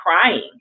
crying